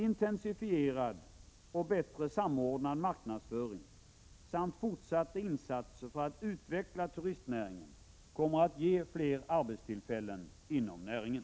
Intensifierad och bättre samordnad marknadsföring samt fortsatta insatser för att utveckla turistnäringen kommer att ge fler arbetstillfällen inom turistnäringen.